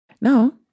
Now